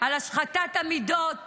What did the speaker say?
על השחתת המידות